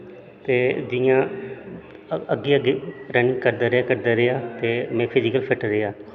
ते जियां अग्गें अग्गें रनिंग करदा रेहा करदा रेहा ते में फिजीकल फिट रेहा